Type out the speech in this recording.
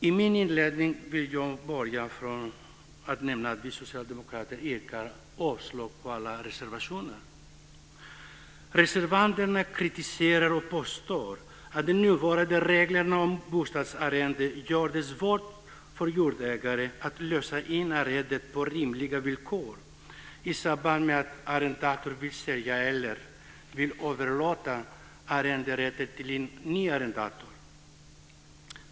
I min inledning vill jag nämna att vi socialdemokrater yrkar avslag på alla reservationer. Reservanterna kritiserar det hela och påstår att de nuvarande reglerna om bostadsarrende gör det svårt för jordägare att lösa in arrendet på rimliga villkor i samband med att arrendatorn vill sälja eller överlåta arrenderätten till en ny arrendator.